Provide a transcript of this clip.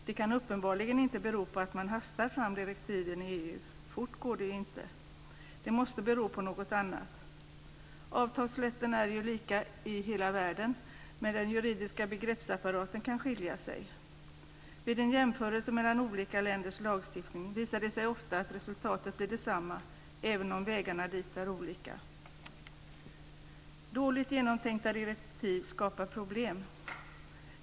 Det kan uppenbarligen inte bero på att man hastar fram direktiven i EU. Fort går det ju inte. Det måste alltså bero på någonting annat. Avtalsrätten är lika i hela världen men den juridiska begreppsapparaten kan skilja. Vid en jämförelse mellan olika länders lagstiftning visar det sig ofta att resultatet blir detsamma, även om vägarna dit är olika. Dåligt genomtänkta direktiv skapar problem.